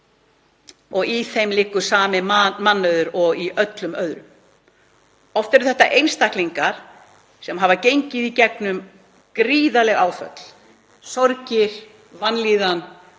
og í þeim liggur sami mannauður og í öllum öðrum. Oft eru þetta einstaklingar sem hafa gengið í gegnum gríðarleg áföll, sorg og vanlíðan